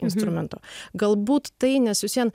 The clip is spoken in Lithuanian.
instrumento galbūt tai nesusiejant